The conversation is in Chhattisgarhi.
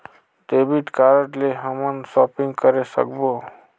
डेबिट कारड ले हमन शॉपिंग करे सकबो?